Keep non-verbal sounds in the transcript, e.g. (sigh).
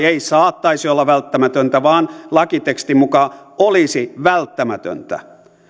(unintelligible) ei saattaisi olla välttämätöntä vaan lakitekstin mukaan olisi välttämätöntä